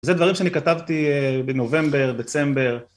זה דברים שאני כתבתי בנובמבר, דצמבר.